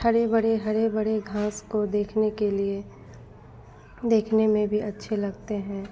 हरी भरी हरी भरी घाँस को देखने के लिए देखने में भी अच्छे लगते हैं